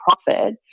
profit